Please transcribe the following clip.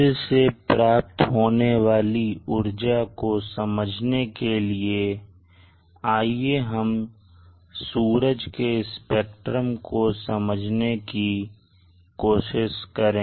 सूर्य से प्राप्त होने वाली ऊर्जा को समझने के लिए आइए हम सूरज के स्पेक्ट्रम को समझने की कोशिश करें